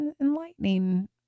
enlightening